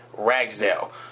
Ragsdale